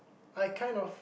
I kind of